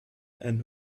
and